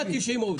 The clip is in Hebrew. עם ה-90 או בלי?